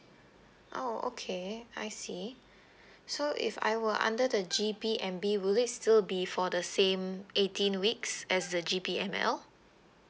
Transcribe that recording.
oh okay I see so if I were under the G_P_M_B will it still be for the same eighteen weeks as the G_P_M_L